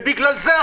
ובגלל זה,